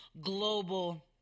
global